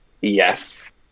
yes